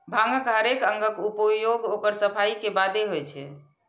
भांगक हरेक अंगक उपयोग ओकर सफाइ के बादे होइ छै